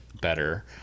better